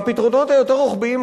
והפתרונות היותר-רוחביים,